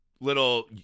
little